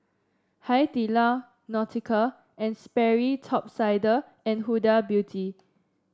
Hai Di Lao Nautica And Sperry Top Sider and Huda Beauty